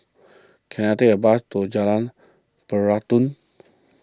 can I take a bus to Jalan Peradun